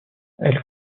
elle